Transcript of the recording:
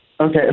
Okay